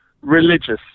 religious